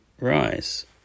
Rise